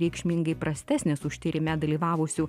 reikšmingai prastesnis už tyrime dalyvavusių